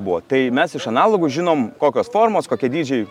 buvo tai mes iš analogų žinom kokios formos kokie dydžiai